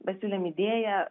pasiūlėm idėją